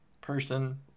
person